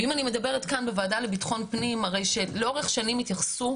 אם אני מדברת כאן בוועדה לבטחון פנים הרי שלאורך שנים התייחסו